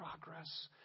Progress